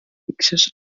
fixes